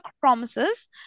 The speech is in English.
promises